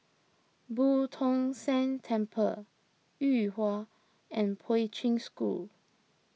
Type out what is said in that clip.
Boo Tong San Temple Yuhua and Poi Ching School